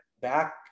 back